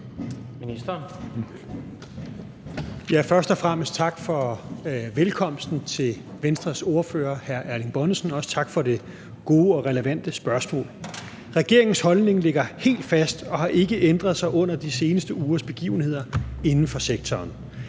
Først og fremmest tak til Venstres ordfører, hr. Erling Bonnesen, for velkomsten, og også tak for det gode og relevante spørgsmål. Regeringens holdning ligger helt fast og har ikke ændret sig under de seneste ugers begivenheder inden for sektoren.